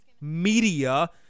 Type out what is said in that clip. Media